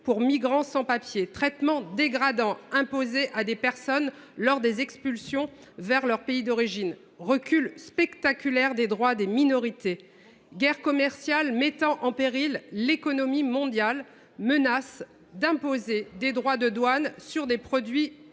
pour migrants sans papiers, traitements dégradants imposés à des personnes lors de leur expulsion vers leur pays d’origine, recul spectaculaire des droits des minorités,… Encore bravo !… guerre commerciale mettant en péril l’économie mondiale, menace d’imposer des droits de douane sur les produits